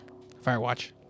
Firewatch